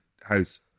house